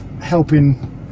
helping